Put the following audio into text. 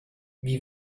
wie